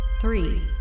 Three